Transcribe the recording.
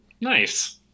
Nice